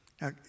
Now